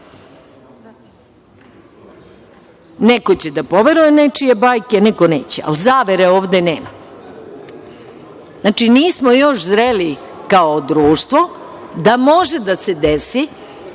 će da poveruje u nečije bajke, neko neće. Ali, zavere ovde nema. Znači, nismo još zreli kao društvo da može da se desi